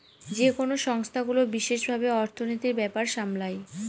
যেকোনো সংস্থাগুলো বিশেষ ভাবে অর্থনীতির ব্যাপার সামলায়